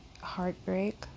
heartbreak